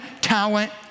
talent